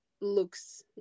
looks